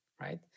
right